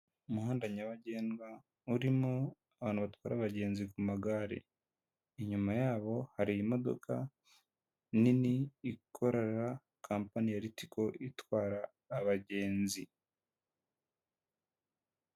Umuhanda nyabagendwa urimo abantu batwara abagenzi ku magare. Inyuma yabo hari imodoka nini ikorana kampani ya Ritico itwara abagenzi.